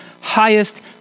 highest